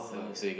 so